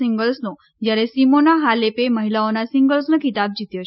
સીંગલ્સનો જયારે સીમોના હાલેપે મહિલાઓના સીંગલ્સનો ખીતાબ જીત્યો છે